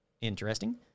Interesting